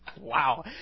Wow